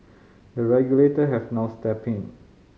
the regulator have now stepped in